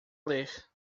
ler